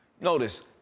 Notice